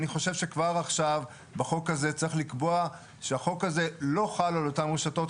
אני חושב שכבר עכשיו צריך לקבוע שהחוק הזה לא חל על אותן רשתות.